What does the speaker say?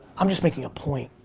i'm just making a point.